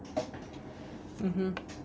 mmhmm